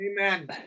Amen